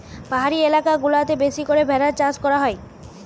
পাহাড়ি এলাকা গুলাতে বেশি করে ভেড়ার চাষ করা হয়